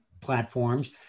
platforms